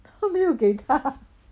他没有给他